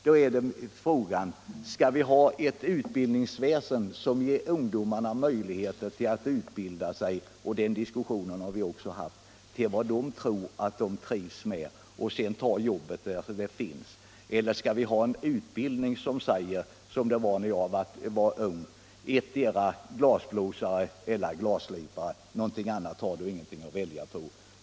Då är frågan: Skall vi ha ett utbildningsväsende som ger ungdomarna möjligheter att utbilda sig — den diskussionen har vi också haft — till vad de tror att de trivs med och sedan ta jobbet där det finns eller skall vi ha en utbildning sådan som den var när jag var ung, då man sade: antingen glasblåsare eller glasslipare — något annat har du inte att välja på?